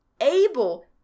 able